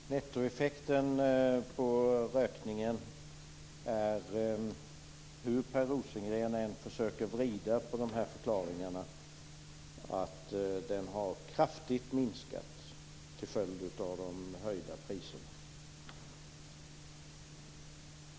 Herr talman! Nettoeffekten av rökningen är, hur Per Rosengren än försöker vrida på dessa förklaringar, att rökningen har minskat kraftigt till följd av de höjda priserna.